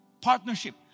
Partnership